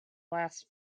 last